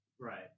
Right